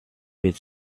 with